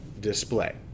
display